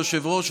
היושב-ראש,